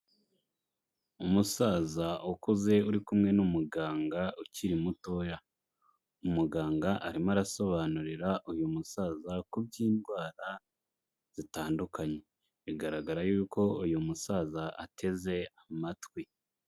Umusaza ukuze uri kumwe n'umuganga ukiri mutoya. Umuganga arimo arasobanurira uyu musaza ku by'indwara zitandukanye. Bigaragara yuko uyu musaza ateze amatwi.